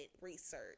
research